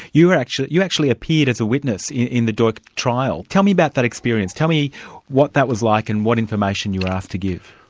you actually you actually appeared as a witness in the duch trial. tell me about that experience, tell me what that was like and what information you were asked to give?